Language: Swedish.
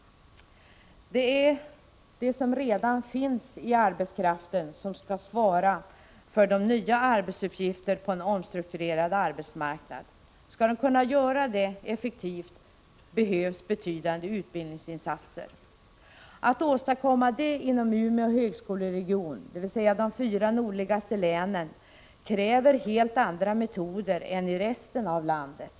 Det är de som redan finns ute i arbetslivet som skall svara för nya arbetsuppgifter på en omstrukturerad arbetsmarknad. Om man skall göra det på ett effektivt sätt, behövs det betydande utbildningsinsatser. För att man skall kunna åstadkomma det inom Umeå högskoleregion, dvs. de fyra nordligaste länen, krävs det helt andra metoder än dem som tillämpas i övriga delar av landet.